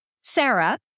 Sarah